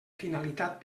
finalitat